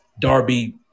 Darby